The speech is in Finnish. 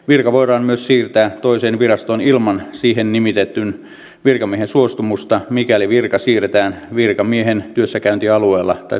virka voidaan myös siirtää toiseen virastoon ilman siihen nimitetyn virkamiehen suostumusta mikäli virka siirretään virkamiehen työssäkäyntialueella tai työssäkäyntialueelle